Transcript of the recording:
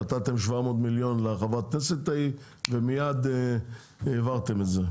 נתתם 700 מיליון לחברת כנסת ההיא ומיד העברתם את זה,